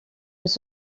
elle